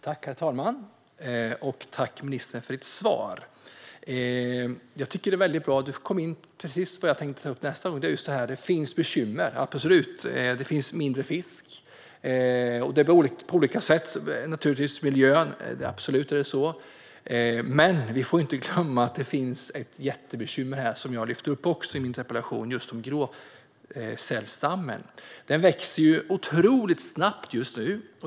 Herr talman! Tack, ministern, för svaret! Du kom in precis på det jag hade tänkt ta upp. Det finns bekymmer, absolut. Det finns mindre fisk, och det finns problem på olika sätt i miljön. Absolut är det så. Men vi får inte glömma att det finns ett jättebekymmer som jag lyfte fram i min interpellation, nämligen gråsälsstammen. Den växer mycket snabbt just nu.